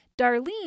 Darlene